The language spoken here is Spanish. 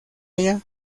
ella